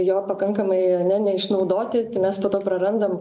jo pakankamai ane neišnaudoti tai mes po to prarandam